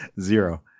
zero